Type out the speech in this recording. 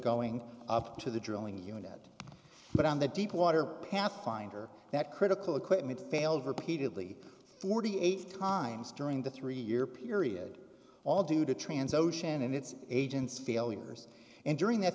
going up to the drilling unit but on the deepwater pathfinder that critical equipment failed repeatedly forty eight times during the three year period all due to transocean and its agents failures and during that